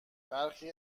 برخی